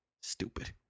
Stupid